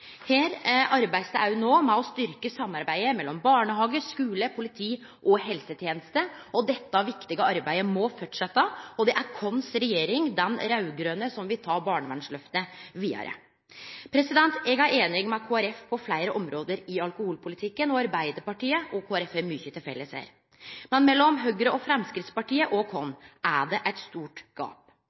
Her blir det no arbeidd med å styrkje samarbeidet mellom barnehage, skule, politi og helseteneste. Dette viktige arbeidet må fortsetje, og det er vår regjering – den raud-grøne – som vil ta barnevernslyftet vidare. Eg er einig med Kristeleg Folkeparti på fleire område i alkoholpolitikken. Arbeidarpartiet og Kristeleg Folkeparti har mykje til felles her, men mellom Høgre og Framstegspartiet og oss er det eit stort gap.